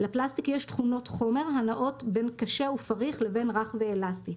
לפלסטיק יש תכונות חומר הנעות בין קשה ופריך לבין רך ואלסטי,